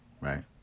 right